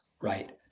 right